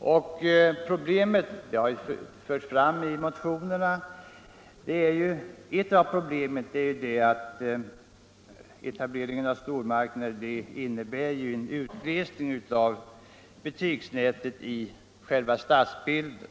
Ett av de problem som tagits upp i motionerna är att etableringen av stormarknader innebär en utglesning av butiksnätet i stadsbilden.